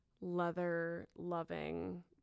leather-loving